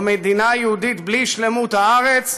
או מדינה יהודית בלי שלמות הארץ,